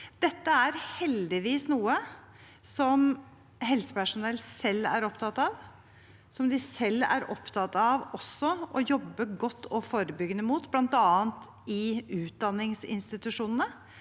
Dette er heldigvis noe som helsepersonell selv er opptatt av. De er også selv opptatt av å jobbe godt og forebyggende mot det, bl.a. i utdanningsinstitusjonene,